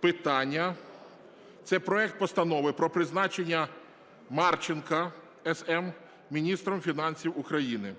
питання – це проект Постанови про призначення Марченка С.М. міністром фінансів України.